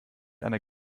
einer